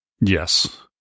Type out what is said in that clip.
Yes